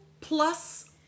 plus